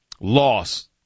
loss